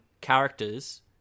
characters